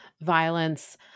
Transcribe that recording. violence